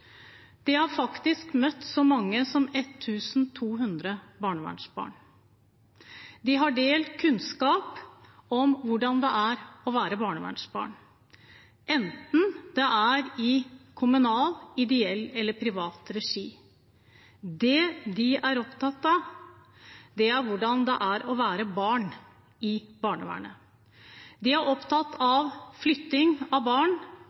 De har faktisk møtt så mange som 1 200 barnevernsbarn. De har delt kunnskap om hvordan det er å være barnevernsbarn, enten det er i kommunal, ideell eller privat regi. Det de er opptatt av, er hvordan det er å være barn i barnevernet. De er opptatt av flytting av barn